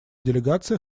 делегация